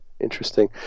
Interesting